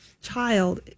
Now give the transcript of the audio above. child